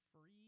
free